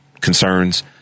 concerns